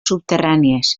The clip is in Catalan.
subterrànies